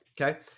okay